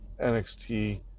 NXT